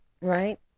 Right